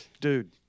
Dude